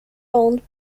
owned